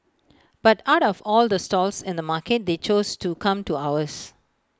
but out of all the stalls in the market they chose to come to ours